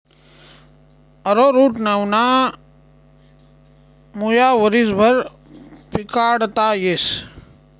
arrowroot नावना मुया वरीसभर पिकाडता येस